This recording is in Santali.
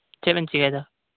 ᱪᱮᱫ ᱵᱮᱱ ᱪᱤᱠᱟᱭᱫᱟ